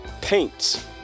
paints